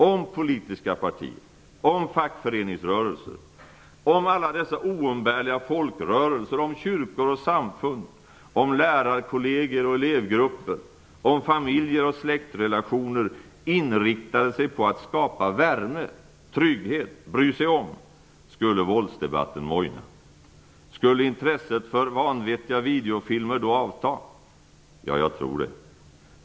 Om politiska partier, om fackföreningsrörelser, om alla dessa oumbärliga folkrörelser, om kyrkor och samfund, om lärarkolleger och elevgrupper, om familjer och släktrelationer inriktade sig på att skapa värme, trygghet, bry sig om - skulle då våldsdebatten mojna, skulle intresset för vanvettiga videofilmer avta? Ja, jag tror det.